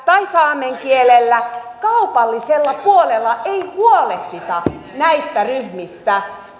tai saamen kielellä kaupallisella puolella ei huolehdita näistä ryhmistä